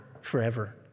forever